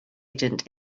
agent